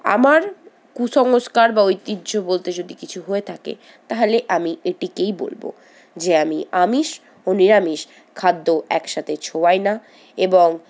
আমার কুসংস্কার বা ঐতিহ্য বলতে যদি কিছু হয়ে থাকে তাহলে আমি এটিকেই বলবো যে আমি আমিষ ও নিরামিষ খাদ্য একসাথে ছোঁয়াই না এবং